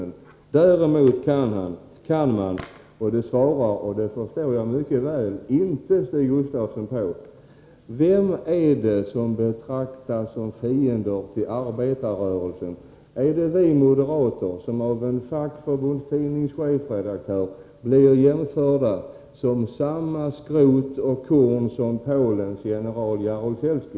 Däremot svarar inte Stig Gustafsson — och det förstår jag mycket väl — på frågan vem det är som betraktas som fiende till arbetarrörelsen. Är det vi moderater, som av en fackförbundstidnings chefredaktör anses vara av samma skrot och korn som polens general Jaruzelski?